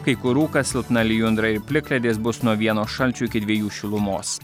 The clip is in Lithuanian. kai kur rūkas silpna lijundra ir plikledis bus nuo vieno šalčio iki dvejų šilumos